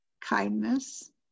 kindness